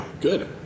Good